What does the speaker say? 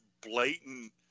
blatant